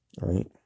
right